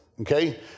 Okay